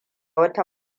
wata